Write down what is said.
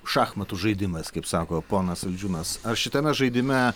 šachmatų žaidimas kaip sako ponas saldžiūnas ar šitame žaidime